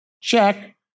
check